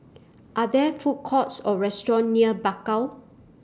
Are There Food Courts Or restaurants near Bakau